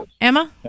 Emma